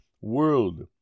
world